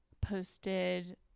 posted